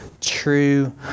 true